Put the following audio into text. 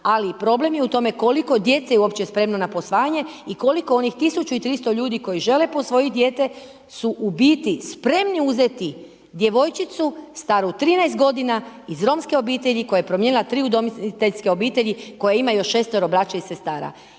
ali problem je u tome koliko djece je uopće spremno na posvajanje i koliko onih 1300 ljudi koji žele posvojiti dijete, su u biti spremni uzeti djevojčicu staru 13 godina iz romske obitelji koja je promijenila tri udomiteljske obitelji, koja ima još šestero braće i sestara.